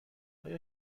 آیا